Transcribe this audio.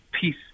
peace